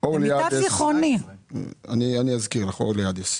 אני אזכיר לך.